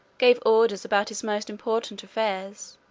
gave orders about his most important affairs,